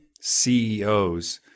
CEOs